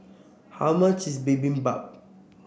how much is Bibimbap